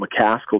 McCaskill